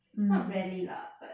not rarely lah but